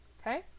okay